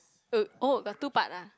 uh oh got two part ah